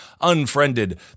Unfriended